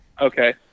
okay